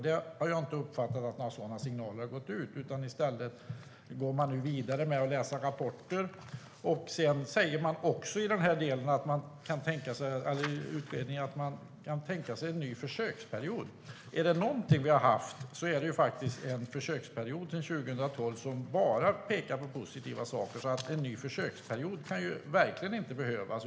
Men jag har inte uppfattat att några signaler har gått ut. I stället går man nu vidare med att läsa rapporter. Man säger också när det gäller denna utredning att man kan tänka sig en ny försöksperiod. Är det någonting som vi har haft så är det en försöksperiod sedan 2012 och som bara pekar på positiva saker. En ny försöksperiod kan därför verkligen inte behövas.